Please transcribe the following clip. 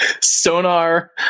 Sonar